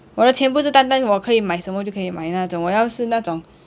我的钱不是单单我可以买什么就可以买那种我要是那种